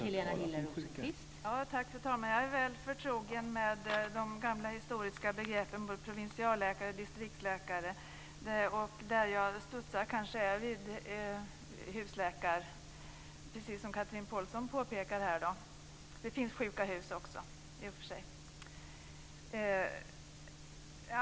Fru talman! Jag är väl förtrogen med de historiska begreppen, både provinsialläkare och distriktsläkare. Jag studsar inför begreppet husläkare, precis som Chatrine Pålsson påpekade. Det finns i och för sig sjuka hus.